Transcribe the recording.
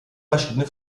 verschiedene